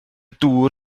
dŵr